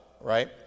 right